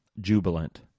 jubilant